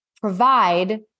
provide